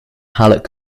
hallett